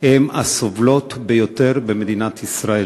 הן הסובלות ביותר במדינת ישראל.